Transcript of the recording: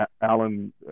Alan